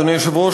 אדוני היושב-ראש,